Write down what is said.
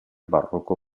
barroco